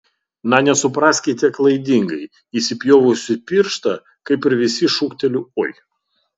na nesupraskite klaidingai įsipjovusi pirštą kaip ir visi šūkteliu oi